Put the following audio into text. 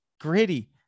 gritty